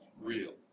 real